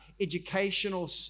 educational